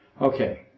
Okay